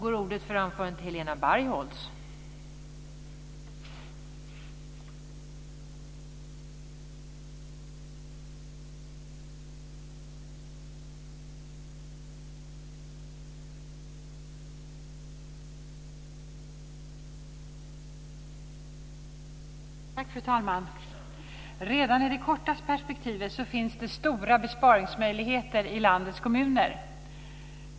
Fru talman! Redan i det korta perspektivet finns det stora besparingsmöjligheter i landets kommuner.